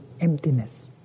emptiness